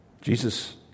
Jesus